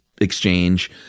exchange